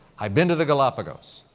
i've been to the galapagos.